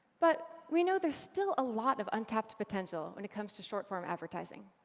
but we know there's still a lot of untapped potential when it comes to short-form advertising.